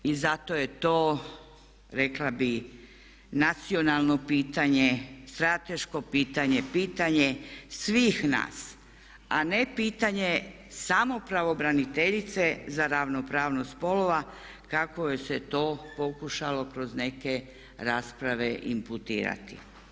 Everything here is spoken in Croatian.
I zato je to rekla bih nacionalno pitanje, strateško pitanje, pitanje svih nas, a ne pitanje samo pravobraniteljice za ravnopravnost spolova kako joj se to pokušalo kroz neke rasprave inputirati.